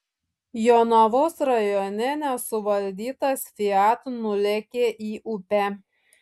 jonavos rajone nesuvaldytas fiat nulėkė į upę